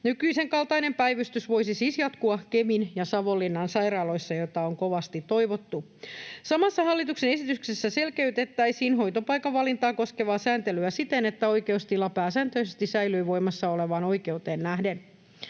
Nykyisen kaltainen päivystys voisi siis jatkua Kemin ja Savonlinnan sairaaloissa, mitä on kovasti toivottu. Samassa hallituksen esityksessä selkeytettäisiin hoitopaikan valintaa koskevaa sääntelyä siten, että oikeustila pääsääntöisesti säilyy voimassa olevaan oikeuteen nähden.